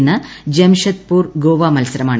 ഇന്ന് ജംഷഡ്പൂർ ഗോവ മത്സരമാണ്